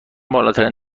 بالاترین